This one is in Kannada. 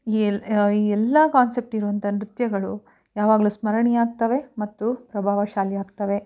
ಎಲ್ಲ ಈ ಎಲ್ಲ ಕಾನ್ಸೆಪ್ಟ್ ಇರುವಂಥ ನೃತ್ಯಗಳು ಯಾವಾಗಲೂ ಸ್ಮರಣೀಯ ಆಗ್ತವೆ ಮತ್ತು ಪ್ರಭಾವಶಾಲಿ ಆಗ್ತವೆ